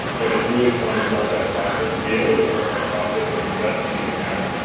but it's really fun to start that process, to be able to start that process of investing with him.